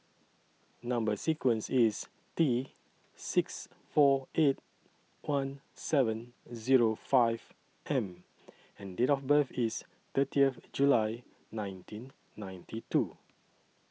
Number sequence IS T six four eight one seven Zero five M and Date of birth IS thirtieth July nineteen ninety two